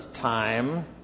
time